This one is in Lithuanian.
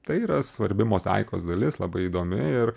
tai yra svarbi mozaikos dalis labai įdomi ir